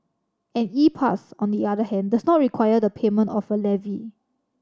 an E Pass on the other hand does not require the payment of a levy